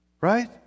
Right